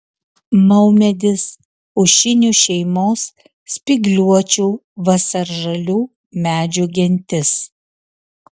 maumedis pušinių šeimos spygliuočių vasaržalių medžių gentis